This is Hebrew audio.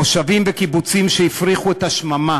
מושבים וקיבוצים שהפריחו את השממה